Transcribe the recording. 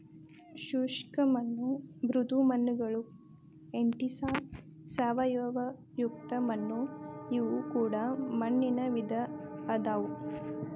ಶುಷ್ಕ ಮಣ್ಣು ಮೃದು ಮಣ್ಣುಗಳು ಎಂಟಿಸಾಲ್ ಸಾವಯವಯುಕ್ತ ಮಣ್ಣು ಇವು ಕೂಡ ಮಣ್ಣಿನ ವಿಧ ಅದಾವು